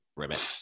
ribbit